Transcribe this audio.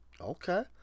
Okay